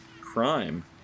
crime